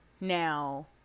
Now